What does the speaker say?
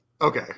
Okay